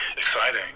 exciting